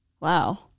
Wow